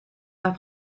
nach